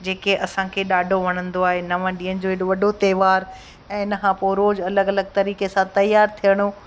जेके असांखे ॾाढो वणंदो आहे नव ॾींहंनि जो एॾो वॾो त्योहार ऐं हिनखां पोइ रोज़ु अलॻि अलॻि तरीक़े सां त्योहार थियणो